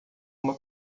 uma